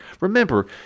Remember